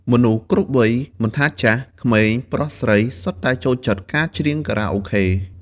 មនុស្សគ្រប់វ័យ មិនថាចាស់ ក្មេង ប្រុស ស្រី សុទ្ធតែចូលចិត្តការច្រៀងខារ៉ាអូខេ។